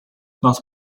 nós